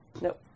Nope